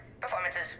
Performances